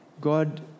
God